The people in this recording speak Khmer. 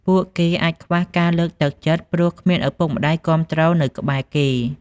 ពួកគេអាចខ្វះការលើកទឹកចិត្ត ព្រោះគ្មានឪពុកម្តាយគាំទ្រនៅក្បែរគេ។